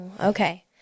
okay